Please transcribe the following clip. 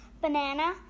Banana